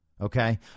Okay